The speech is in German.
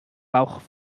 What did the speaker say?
bauch